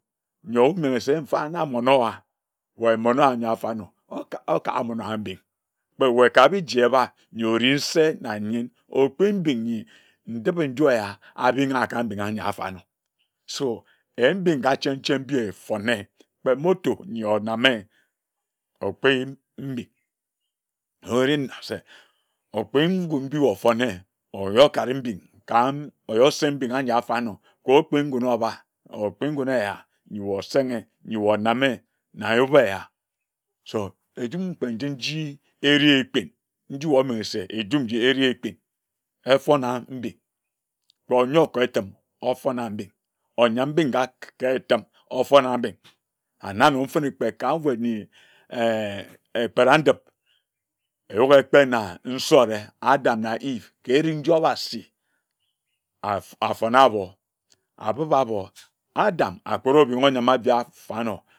Ye omenghe se mfa na mmone owa ye mmonor aye afanor oka okaga mmon owa mbing kpe ye kabiji ebar nyor ere nse na nyen okpi mbin nyi ndipe-nju eya aringha ka mbinga anyi afanor so eyim mbim nga chen chen mbi efone kpe motor nyi wae oname okiyim mbid orena se okpi ngun mbi ofone ore okare mbing kam wae oseng mbing anyi afarnor ko okpi ngun oba, okpi ngun eya nyi wae osenge nyi wae oname na ayip eya so ejim kpe njin nji erepin nji wae omenghe se njum nji ere ekpin efona mbing kpe onyor ke etim ofonar mbing onyam mbingha ke etim ofonar mbing ana norfina kpe ka nwed nyi eeh ekpagah ndip eyuk ekpe na nsore Adam na eve ke ere nju obasi af afonor abor abiba abor Asam afon obi mbinghe mana areh afornor.